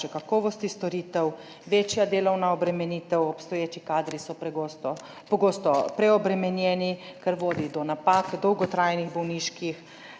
kakovosti storitev, večje delovne obremenitve, obstoječi kadri so pogosto preobremenjeni, kar vodi do napak, dolgotrajnih bolniških,